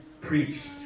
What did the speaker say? preached